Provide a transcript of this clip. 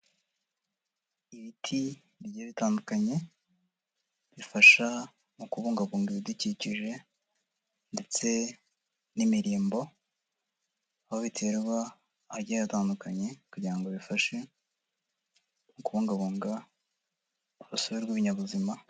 Ibiti bigiye bitandukanye, bifasha mu kubungabunga ibidukikije, ndetse n'imirimbo. Aho biterwa hagiye hatandukanye, kugira ngo bifashe mu kubungabunga urusobe rw'ibinyabuzima.